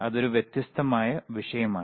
അതൊരു വ്യത്യസ്തമായ വിഷയമാണ്